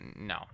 no